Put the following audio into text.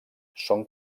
són